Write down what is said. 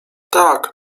tak